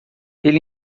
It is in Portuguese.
ele